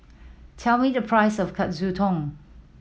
tell me the price of Katsudon